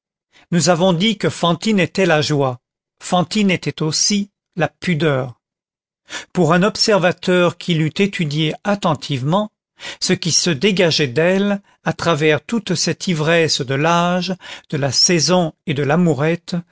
nous avons dit que fantine était la joie fantine était aussi la pudeur pour un observateur qui l'eût étudiée attentivement ce qui se dégageait d'elle à travers toute cette ivresse de l'âge de la saison et de l'amourette